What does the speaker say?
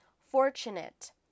Fortunate